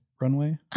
Runway